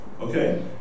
Okay